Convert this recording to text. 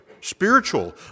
spiritual